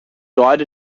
died